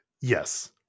Yes